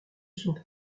sont